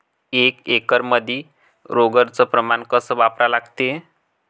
एक एकरमंदी रोगर च प्रमान कस वापरा लागते?